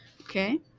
Okay